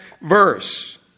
verse